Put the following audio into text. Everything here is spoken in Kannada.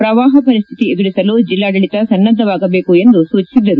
ಶ್ರವಾಪ ಪರಿಸ್ತಿತಿ ಎದುರಿಸಲು ಜೆಲ್ಲಾಡಳಿತ ಸನ್ನದ್ದವಾಗಬೇಕು ಎಂದು ಸೂಚಿಸಿದರು